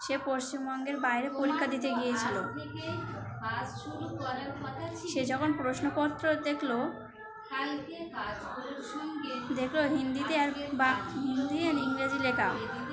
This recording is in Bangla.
সে পশ্চিমবঙ্গের বাইরে পরীক্ষা দিতে গিয়েছিল সে যখন প্রশ্নপত্র দেখল দেখল হিন্দিতে আর হিন্দি আর ইংরেজি লেখা